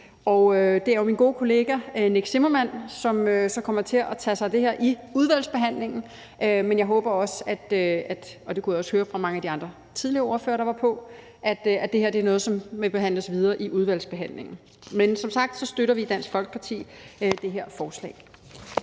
Det er jo min gode kollega Nick Zimmermann, som kommer til at tage sig af det her i udvalgsbehandlingen, men jeg håber også – og det kunne jeg også høre fra mange af de andre tidligere ordførere, der var på – at det her er noget, som vil blive behandlet videre i udvalget. Men som sagt støtter vi i Dansk Folkeparti det her forslag.